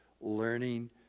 Learning